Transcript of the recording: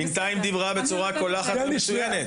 בינתיים היא דיברה בצורה קולחת ומצוינת.